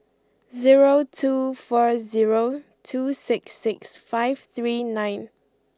zero two four zero two six six five three nine